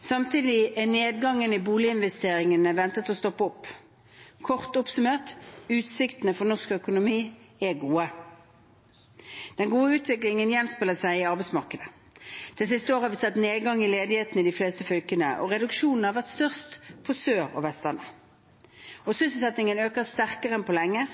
Samtidig er nedgangen i boliginvesteringene ventet å stoppe opp. Kort oppsummert er utsiktene for norsk økonomi gode. Den gode utviklingen gjenspeiler seg i arbeidsmarkedet. Det siste året har vi sett nedgang i ledigheten i de fleste fylkene, og reduksjonen har vært størst på Sør- og Vestlandet. Sysselsettingen øker sterkere enn på lenge.